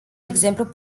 exemplu